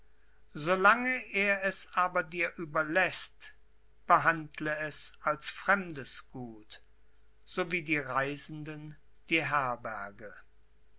lange er es aber dir überläßt behandle es als fremdes gut so wie die reisenden die herberge